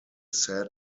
said